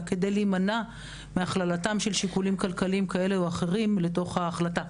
כדי להימנע מהכללתם של שיקולים כאלה ואחרים לתוך ההחלטה.